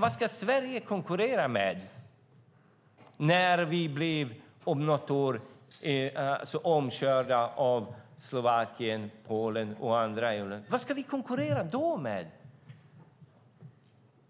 Vad ska Sverige konkurrera med när vi om något år blir omkörda av Slovakien, Polen och andra EU-länder? Vad ska vi konkurrera med då?